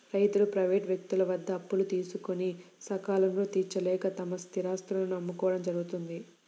రైతులు ప్రైవేటు వ్యక్తుల వద్ద అప్పులు తీసుకొని సకాలంలో తీర్చలేక తమ స్థిరాస్తులను అమ్ముకోవడం జరుగుతోంది